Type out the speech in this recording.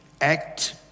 act